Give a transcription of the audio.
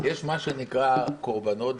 יש מה שנקרא "קורבנות",